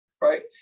right